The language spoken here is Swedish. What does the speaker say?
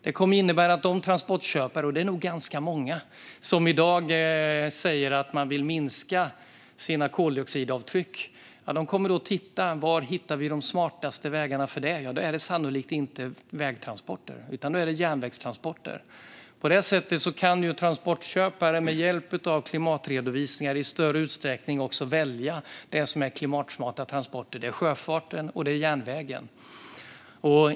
Det kommer att innebära att de transportköpare - och det är nog ganska många - som i dag säger att de vill minska sina koldioxidavtryck kommer att titta på var de kan hitta de smartaste vägarna för detta. Svaret är sannolikt inte vägtransporter utan järnvägstransporter. På det sättet kan transportköpare med hjälp av klimatredovisningar i större utsträckning välja det som är klimatsmarta transporter, alltså sjöfarten och järnvägen.